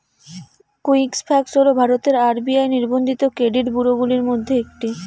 Equifax হল ভারতের RBI নিবন্ধিত ক্রেডিট ব্যুরোগুলির মধ্যে একটি